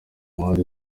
mpande